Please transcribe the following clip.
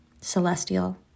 celestial